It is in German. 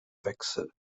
wechsel